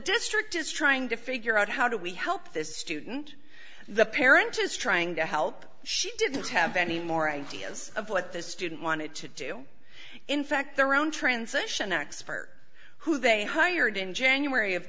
district is trying to figure out how do we help this student the parent is trying to help she didn't have any more ideas of what this student wanted to do in fact their own transition expert who they hired in january of